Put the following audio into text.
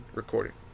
recording